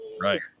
Right